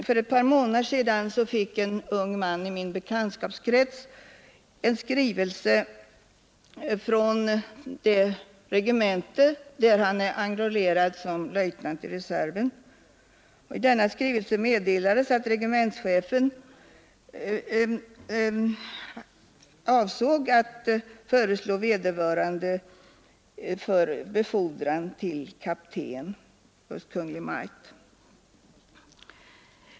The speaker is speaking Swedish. För ett par månader sedan fick en ung man i min bekantskapskrets en skrivelse från det regemente där han är enrollerad som löjtnant i reserven, I denna skrivelse meddelades att regementschefen avsåg att hos Kungl. Maj:t föreslå vederbörande för befordran till kapten.